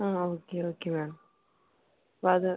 ആ okay okay ma'am അത്